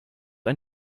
ein